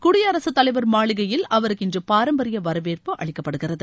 குடியரசு தலைவர் மாளிகையில் அவருக்கு இன்று பாரம்பரிய வரவேற்பு அளிக்கப்படுகிறது